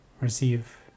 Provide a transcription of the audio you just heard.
receive